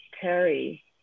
terry